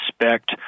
respect